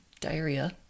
diarrhea